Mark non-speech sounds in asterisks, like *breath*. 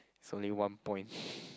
it's only one point *breath*